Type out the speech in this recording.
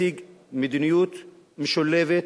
ותציג מדיניות משולבת,